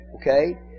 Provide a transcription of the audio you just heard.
Okay